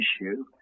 issue